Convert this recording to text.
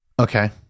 okay